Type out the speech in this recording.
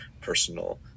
personal